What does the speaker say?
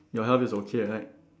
your health is okay right